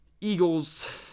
Eagles